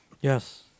Yes